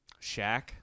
Shaq